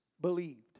believed